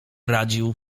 radził